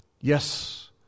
Yes